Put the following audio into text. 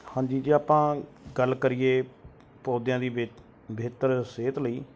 ਹਾਂਜੀ ਜੇ ਆਪਾਂ ਗੱਲ ਕਰੀਏ ਪੌਦਿਆਂ ਦੀ ਬੇ ਬਿਹਤਰ ਸਿਹਤ ਲਈ